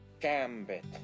Gambit